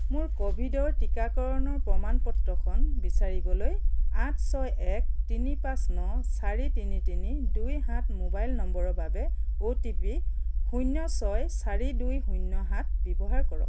মোৰ ক'ভিডৰ টীকাকৰণৰ প্ৰমাণপত্ৰখন বিচাৰিবলৈ আঠ ছয় এক তিনি পাঁচ ন চাৰি তিনি তিনি দুই সাত মোবাইল নম্বৰৰ বাবে অ' টি পি শূন্য ছয় চাৰি দুই শূন্য সাত ব্যৱহাৰ কৰক